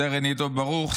עם סרן עידו ברוך,